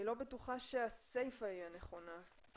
אני לא בטוחה שהסיפה היא הנכונה.